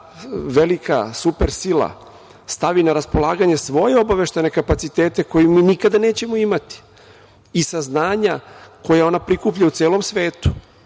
velika super sila stavi na raspolaganje svoje obaveštajne kapacitete koje mi nikada nećemo imati i saznanja koja ona prikuplja u celom svetu,